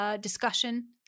Discussion